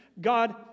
God